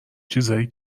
چیزای